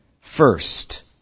First